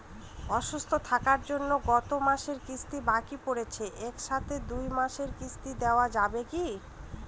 অসুস্থ থাকার জন্য গত মাসের কিস্তি বাকি পরেছে এক সাথে দুই মাসের কিস্তি দেওয়া যাবে কি?